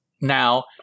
now